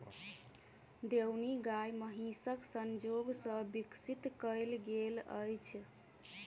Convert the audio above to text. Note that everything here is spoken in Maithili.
देओनी गाय महीसक संजोग सॅ विकसित कयल गेल अछि